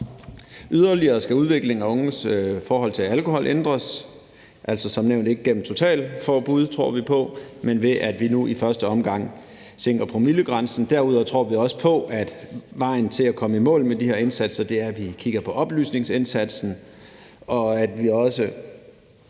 Yderligere skal udviklingen af unges forhold til alkohol ændres, altså som nævnt ikke gennem totalforbud, tror vi på, men ved at vi nu i første omgang sænker promillegrænsen. Derudover tror vi også på, at vejen til at komme i mål med de her indsatser er, at vi kigger på oplysningsindsatsen, og at vi også